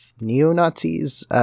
neo-Nazis